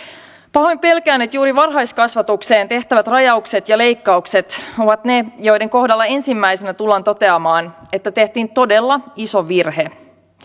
pahoin pelkään että juuri varhaiskasvatukseen tehtävät rajaukset ja leikkaukset ovat ne joiden kohdalla ensimmäisenä tullaan toteamaan että tehtiin todella iso virhe